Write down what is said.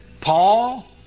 Paul